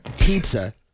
pizza